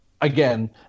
again